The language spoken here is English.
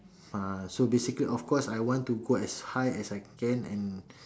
ah so basically of course I want to go as high as I can and